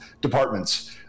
departments